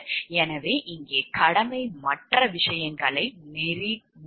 எனவே இங்கே கடமை மற்ற விஷயங்களை நெறிமுறை முடிவெடுக்கும் வழிகளை மீறுகிறது